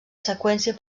seqüència